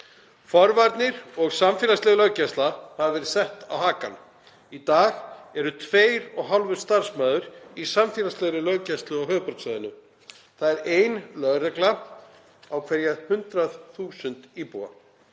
Forvarnir og samfélagsleg löggæsla hafi verið sett á hakann. Í dag er tveir og hálfur starfsmaður í samfélagslegri löggæslu á höfuðborgarsvæðinu. Það er einn lögreglumaður á hverja 100.000 íbúa.